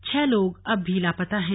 छह लोग अब भी लापता हैं